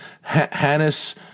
Hannes